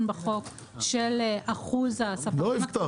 בחוק של אחוז הספקים הקטנים -- לא יפתח,